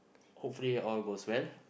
hopefully all goes well